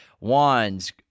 wands